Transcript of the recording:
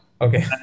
Okay